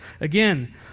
Again